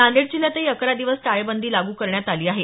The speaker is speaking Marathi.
नांदेड जिल्ह्यातही अकरा दिवस टाळेबंदी लागू करण्यात आली आहे